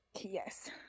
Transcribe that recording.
Yes